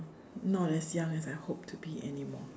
not as young as I hope to be anymore